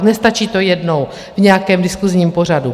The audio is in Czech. Nestačí to jednou v nějakém diskusním pořadu.